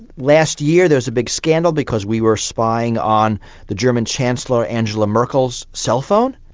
last year there was a big scandal because we were spying on the german chancellor angela merkel's cellphone.